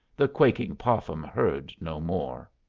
the quaking popham heard no more.